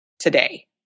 Today